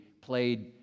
played